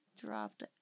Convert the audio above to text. dropped